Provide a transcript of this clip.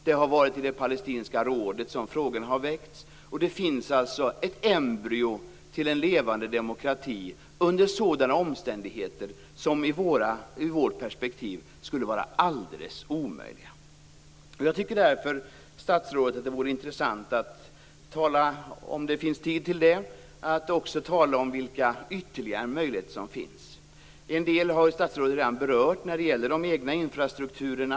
Det har väckts frågor i det palestinska rådet. Det finns alltså ett embryo till en levande demokrati under sådana omständigheter som ur vårt perspektiv skulle vara alldeles omöjliga. Jag tycker därför, statsrådet, att det vore intressant att, om det finns tid till det, också tala om vilka ytterligare möjligheter som finns. En del har ju statsrådet redan berört när det gäller de egna infrastrukturerna.